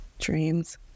dreams